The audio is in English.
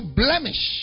blemish